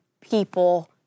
people